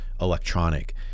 electronic